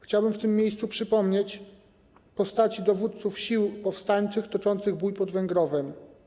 Chciałbym w tym miejscu przypomnieć postacie dowódców sił powstańczych toczących bój pod Węgrowem.